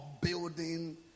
building